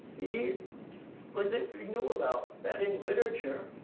he was it he knew about, that in literature,